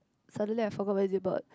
suddenly I forgot what is it about